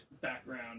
background